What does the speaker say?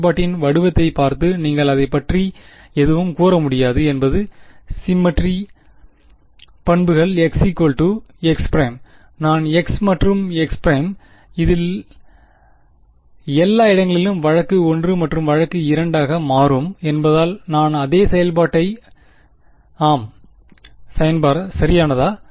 செயல்பாட்டின் வடிவத்தைப் பார்த்து நீங்கள் அதைப் பற்றி எதுவும் கூற முடியாது என்பது சிம்மெட்ரி பண்புகள் x x ′ நான் x மற்றும் x ′ இதில் எல்லா இடங்களிலும் வழக்கு 1 வழக்கு 2 ஆக மாறும் என்பதால் நான் அதே செயல்பாட்டை ஆம் சரியானதா